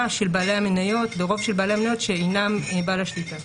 של רוב בעלי המניות שאינם בעלי השליטה.